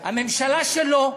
הממשלה שלו,